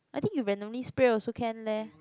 I think you randomly spray also can leh